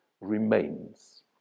remains